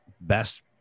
best